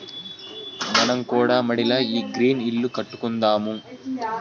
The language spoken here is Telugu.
మనం కూడా మడిల ఈ గ్రీన్ ఇల్లు కట్టుకుందాము